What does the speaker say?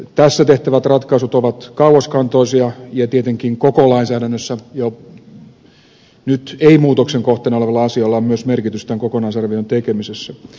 tässä tehtävät ratkaisut ovat kauaskantoisia ja tietenkin koko lainsäädännössä nyt ei muutoksen kohteena olevilla asioilla on myös merkitys tämän kokonaisarvion tekemisessä